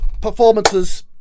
performances